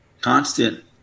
constant